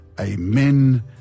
amen